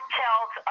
tells